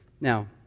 Now